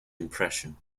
impression